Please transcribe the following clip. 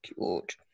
cute